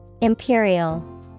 Imperial